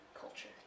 culture